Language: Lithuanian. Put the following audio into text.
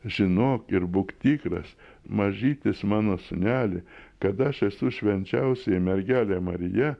žinok ir būk tikras mažytis mano sūneli kada aš esu švenčiausioji mergelė marija